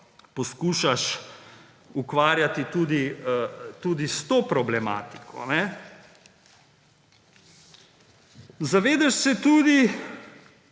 poskušaš ukvarjati tudi s to problematiko. Zavedaš se tudi,